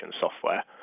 software